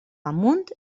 amunt